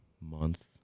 month